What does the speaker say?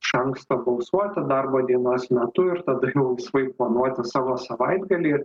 iš anksto balsuoti darbo dienos metu ir tada jau laisvai planuoti savo savaitgalį